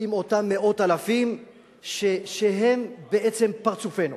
עם אותם מאות אלפים שהם בעצם פרצופנו.